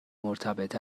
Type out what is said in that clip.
مرتبط